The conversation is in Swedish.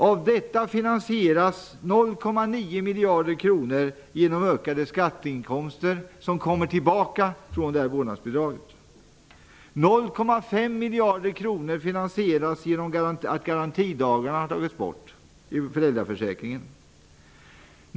Av detta finansieras 0,9 miljarder kronor genom ökade skatteintäkter som kommer tillbaka från vårdnadsbidraget. 0,5 miljarder kronor finansieras genom att garantidagarna har tagits bort ur föräldraförsäkringen.